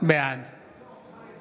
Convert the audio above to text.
בעד